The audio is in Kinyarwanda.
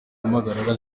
impagarara